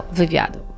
wywiadu